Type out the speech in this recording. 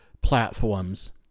platforms